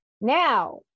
Now